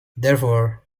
therefore